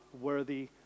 worthy